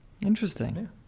interesting